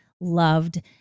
loved